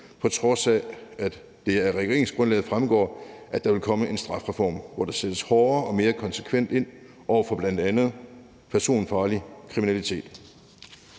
på trods af at det af regeringsgrundlaget fremgår, at der vil komme en strafreform, hvor der sættes hårdere og mere konsekvent ind over for bl.a. personfarlig kriminalitet.